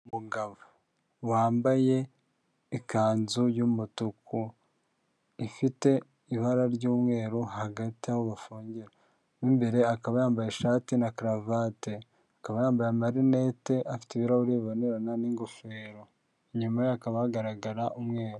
Umugabo wambaye ikanzu y'umutuku ifite ibara ry'umweru hagati aho bafungira mo imbere akaba yambaye ishati na karuvate akaba yambaye amarinete afite ibirahuri bibonerana n'ingofero inyuma hakaba hagaragara umweru.